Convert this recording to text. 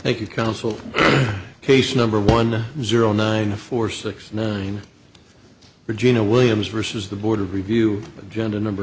thank you council case number one zero nine four six nine regina williams receives the board of review agenda number